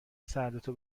سردتو